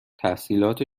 تحصیلات